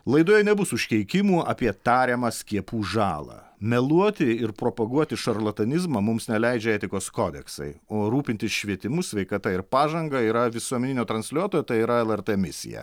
laidoje nebus užkeikimų apie tariamą skiepų žalą meluoti ir propaguoti šarlatanizmą mums neleidžia etikos kodeksai o rūpintis švietimu sveikata ir pažanga yra visuomeninio transliuotojo tai yra lrt misija